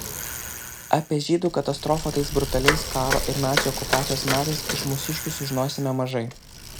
apie žydų katastrofą tais brutaliais karo ir nacių okupacijos metais iš mūsiškių sužinosime mažai